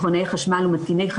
" יש לנו פה שני סוגי מוסדות,